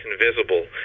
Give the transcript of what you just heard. invisible